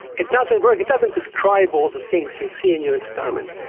it doesn't work. it doesn't describe all the things you see in your experiments,